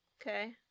Okay